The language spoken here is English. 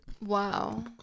wow